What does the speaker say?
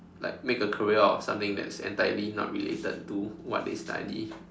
like make a career out of something that entirely not related to what they study